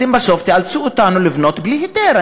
אתם בסוף תאלצו אותנו לבנות בלי היתר,